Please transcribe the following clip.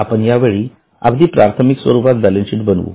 आपण यावेळी अगदी प्राथमिक स्वरूपात बॅलन्सशीट बनवू